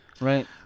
Right